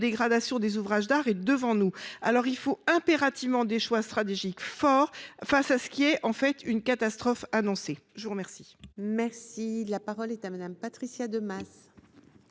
dégradation des ouvrages d'art est devant nous. Il faut impérativement des choix stratégiques forts face à ce qui est, en fait, une catastrophe annoncée. La parole est à Mme Patricia Demas,